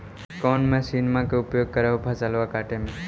कौन मसिंनमा के उपयोग कर हो फसलबा काटबे में?